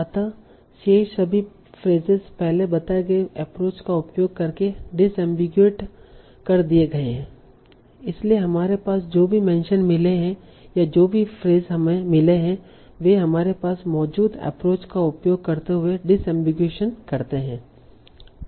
अतः शेष सभी फ्रेसेस पहले बताए गए एप्रोच का उपयोग करके डिसएमबीगुइटेड कर दिए गए हैं इसलिए हमारे पास जो भी मेंशन मिले हैं या जो भी फ्रेसेस हमें मिले हैं वे हमारे पास मौजूद एप्रोच का उपयोग करते हुए डिसएमबीगुइशन करते हैं